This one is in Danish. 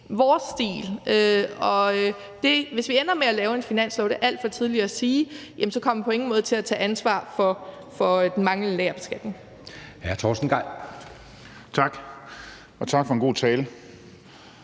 vores stil. Og hvis vi ender med at lave en finanslov – det er alt for tidligt at sige – kommer vi på ingen måde til at tage ansvar for den manglende lagerbeskatning.